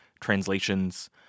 translations